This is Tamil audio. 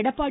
எடப்பாடி